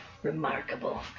Remarkable